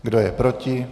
Kdo je proti?